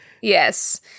Yes